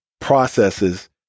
processes